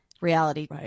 Reality